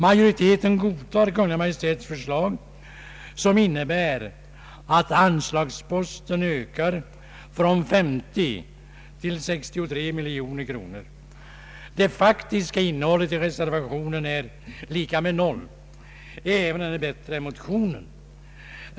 Majoriteten godtar Kungl. Maj:ts förslag, som innebär att anslagsposten ökar från 50 miljoner till 63 miljoner kronor. Det faktiska innehållet i reservationen är lika med noll, även om den är bättre än motionens.